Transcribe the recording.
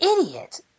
idiot